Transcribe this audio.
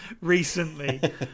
recently